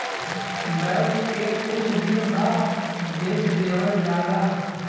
बैल के कुछ दिन बाद बेच देवल जाला